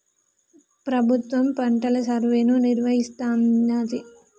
ప్రభుత్వం పంటల సర్వేను నిర్వహిస్తానంది